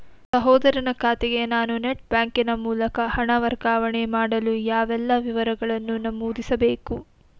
ಸಹೋದರನ ಖಾತೆಗೆ ನಾನು ನೆಟ್ ಬ್ಯಾಂಕಿನ ಮೂಲಕ ಹಣ ವರ್ಗಾವಣೆ ಮಾಡಲು ಯಾವೆಲ್ಲ ವಿವರಗಳನ್ನು ನಮೂದಿಸಬೇಕು?